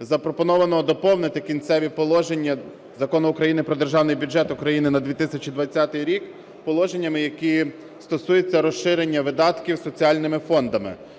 запропоновано доповнити "Прикінцеві положення" Закону України "Про Державний бюджет України на 2020 рік" положеннями, які стосуються розширення видатків соціальними фондами.